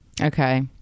Okay